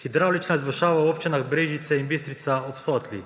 hidravlična izboljšava v občinah Brežice in Bistrica ob Sotli,